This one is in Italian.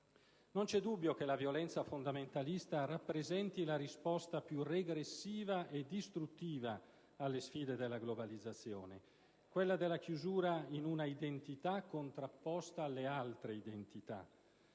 Non c'è dubbio che la violenza fondamentalista rappresenti la risposta più regressiva e distruttiva alle sfide della globalizzazione, quella della chiusura in un'identità contrapposta alle altre identità.